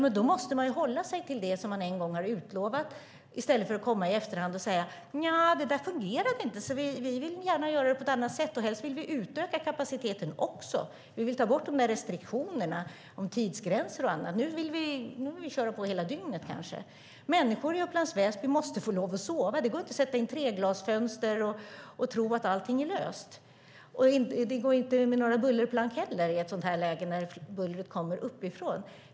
Man måste då hålla sig till det som man en gång har utlovat och inte i efterhand säga att det inte fungerade, att man vill göra på annat sätt, att man helst vill utöka kapaciteten och ta bort restriktionerna om tidsgränser och köra hela dygnet. Människor i Upplands Väsby måste få sova. Det går inte att sätta in treglasfönster och tro att allt är löst. Det går inte med bullerplank heller i ett sådant här läge när bullret kommer uppifrån.